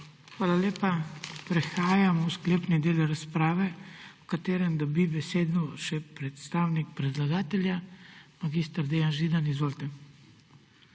Hvala lepa. Prehajamo v sklepni del razprave, v katerem dobi besedo še predstavnik predlagatelja. Mag. Dejan Židan, izvolite.